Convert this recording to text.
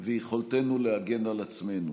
ויכולתנו להגן על עצמנו.